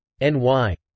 NY